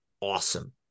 awesome